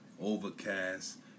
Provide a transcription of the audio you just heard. Overcast